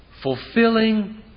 Fulfilling